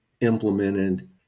implemented